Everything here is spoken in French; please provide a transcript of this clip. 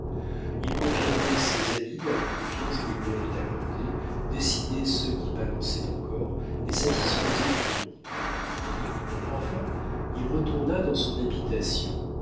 il confirmait ses amis dans la confiance qu'ils lui avaient accordée décidait ceux qui balançaient encore et satisfaisait tout le monde enfin il retourna dans son habitation